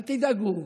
אל תדאגו.